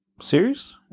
series